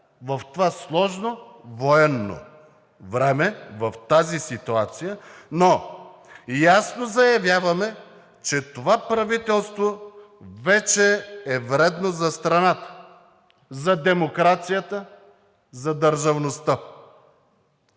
в това сложно военно време, в тази ситуация, но ясно заявявам, че това правителство вече е вредно за страната, за демокрацията, за държавността.